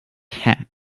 hat